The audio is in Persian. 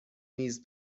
نیز